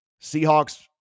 Seahawks